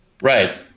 Right